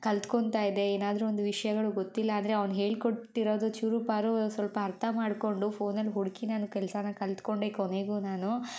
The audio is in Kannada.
ಕಲ್ತ್ಕೊತ ಇದ್ದೆ ಏನಾದರೂ ಒಂದು ವಿಷಯಗಳು ಗೊತ್ತಿಲ್ಲ ಅಂದರೆ ಅವ್ನು ಹೇಳ್ಕೊಟ್ಟಿರೋದು ಚೂರು ಪಾರು ಸ್ವಲ್ಪ ಅರ್ಥ ಮಾಡಿಕೊಂಡು ಫೋನಲ್ಲಿ ಹುಡುಕಿ ನಾನು ಕೆಲಸಾನ ಕಲ್ತ್ಕೊಂಡೆ ಕೊನೆಗೂ ನಾನು